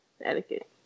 etiquette